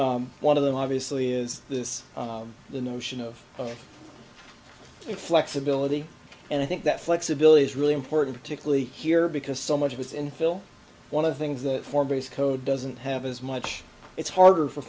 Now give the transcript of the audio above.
one of them obviously is this the notion of flexibility and i think that flexibility is really important particularly here because so much was infill one of the things that for base code doesn't have as much it's harder for